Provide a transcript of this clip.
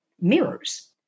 mirrors